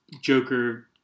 Joker